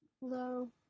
Hello